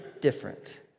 different